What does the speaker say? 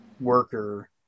worker